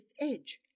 edge